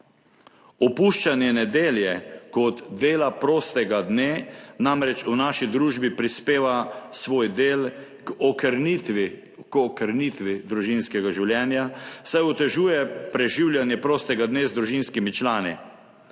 Opuščanje nedelje kot dela prostega dne namreč v naši družbi prispeva svoj del k okrnitvi družinskega življenja, saj otežuje preživljanje prostega dne z družinskimi člani.